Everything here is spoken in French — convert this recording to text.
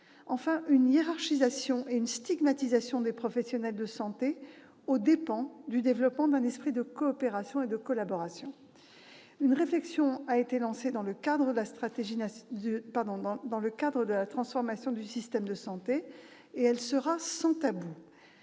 qu'à la hiérarchisation et la stigmatisation des professionnels de santé aux dépens du développement d'un esprit de coopération et de collaboration. Une réflexion a été lancée dans le cadre de la transformation du système de santé ; elle sera sans tabou.